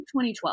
2012